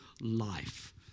life